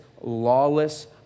lawless